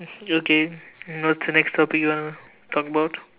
okay so what's the next topic you want to talk about